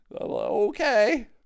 Okay